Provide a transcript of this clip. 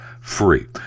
free